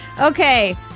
Okay